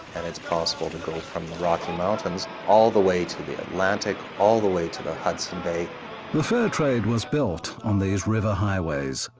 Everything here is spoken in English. and, it's possible to go from the rocky mountains all the way to the atlantic, all the way to the hudson bay the fur trade was built on these river highways.